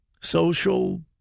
social